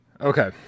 Okay